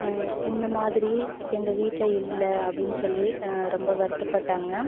இந்தமாதிரி எங்கள் வீட்டில் இல்லை அப்படின் சொல்லி ரொம்ப வருத்தப்பட்டாங்க